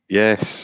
yes